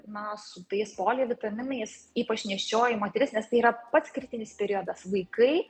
na su tais polivitaminais ypač nėščioji moteris nes tai yra pats kritinis periodas vaikai